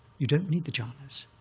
you don't need the jhanas.